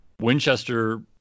Winchester